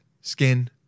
skin